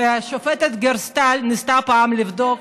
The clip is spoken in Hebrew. השופטת גֵֶרְסְטָל ניסתה פעם לבדוק,